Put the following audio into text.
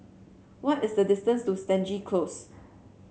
what is the distance to Stangee Close